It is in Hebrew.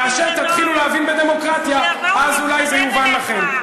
כאשר תתחילו להבין בדמוקרטיה אז אולי זה יובן לכם.